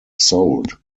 sold